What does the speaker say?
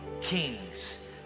kings